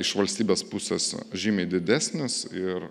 iš valstybės pusės žymiai didesnis ir